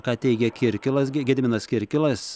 ką teigia kirkilas ge gediminas kirkilas